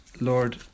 Lord